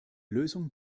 lösung